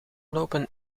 lopen